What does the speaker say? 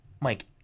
Mike